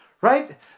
right